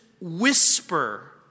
whisper